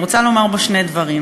ואני רוצה לומר בו שני דברים: